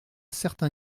certain